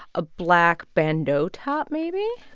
a black bandeau top, maybe?